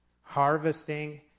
harvesting